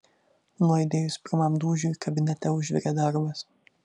nuaidėjus pirmam dūžiui kabinete užvirė darbas